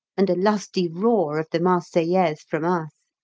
and a lusty roar of the marseillaise from us.